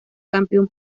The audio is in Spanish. campeón